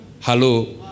Hello